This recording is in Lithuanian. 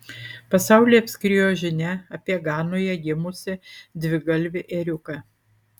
pasaulį apskriejo žinia apie ganoje gimusį dvigalvį ėriuką